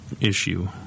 issue